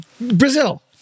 brazil